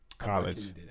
college